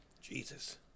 Jesus